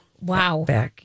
wow